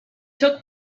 took